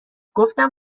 گفتم